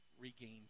regained